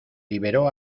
liberó